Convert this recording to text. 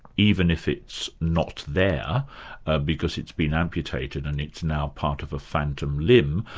even if it's not there because it's been amputated and it's now part of a phantom limb,